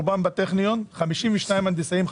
רובם בטכניון; 52 הנדסאים,